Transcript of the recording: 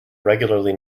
regularly